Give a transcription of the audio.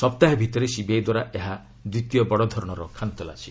ସପ୍ତାହେ ଭିତରେ ସିବିଆଇ ଦ୍ୱାରା ଏହା ଦ୍ୱିତୀୟ ବଡ଼ ଧରଣର ଖାନତଲାସୀ